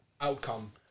outcome